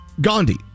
Gandhi